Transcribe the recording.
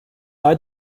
there